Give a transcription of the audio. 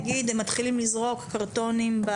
נגיד שהם מתחילים לזרוק קרטונים.